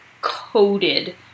coated